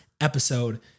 episode